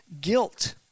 guilt